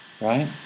right